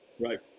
Right